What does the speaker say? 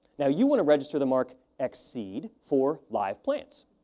now, you want to register the mark exceed for live plants.